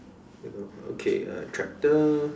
the girl okay a tractor